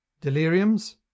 deliriums